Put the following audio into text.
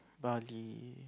Bali